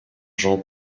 jean